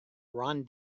ron